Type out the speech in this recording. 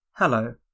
Hello